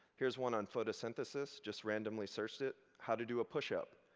here is one on photosynthesis. just randomly searched it, how to do a push up.